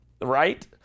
right